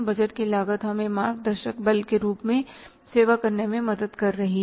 budget की लागत हमें मार्ग दर्शक बल के रूप में सेवा करने में मदद दे रही है